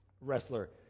Wrestler